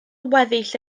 weddill